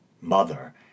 mother